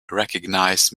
recognise